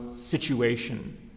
situation